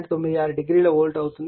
96 degree volt అవుతుంది